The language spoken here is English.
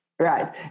Right